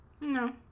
No